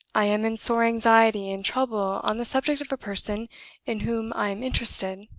i am in sore anxiety and trouble on the subject of a person in whom i am interested.